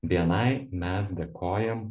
bni mes dėkojam